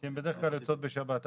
כי הן בדרך כלל יוצאות בשבת הביתה.